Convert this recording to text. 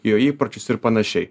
jo įpročius ir panašiai